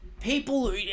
people